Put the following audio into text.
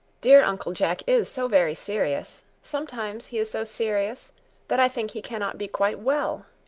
dear uncle jack is so very serious! sometimes he is so serious that i think he cannot be quite well.